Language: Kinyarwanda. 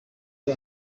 ryo